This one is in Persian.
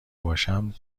باشم